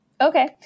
Okay